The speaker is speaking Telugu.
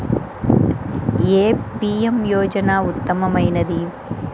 ఏ పీ.ఎం యోజన ఉత్తమమైనది?